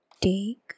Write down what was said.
take